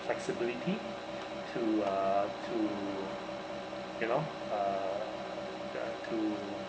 flexibility to uh to you know uh the to